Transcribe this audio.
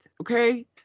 okay